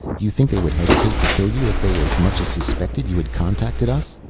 do you think they would hesitate to kill you if they as much as suspected you had contacted us?